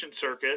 circuit